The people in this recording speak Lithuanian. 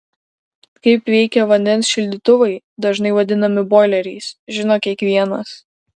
kaip veikia vandens šildytuvai dažnai vadinami boileriais žino kiekvienas